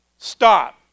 Stop